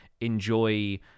enjoy